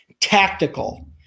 tactical